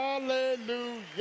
hallelujah